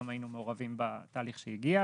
גם היינו מעורבים בתהליך שהגיע.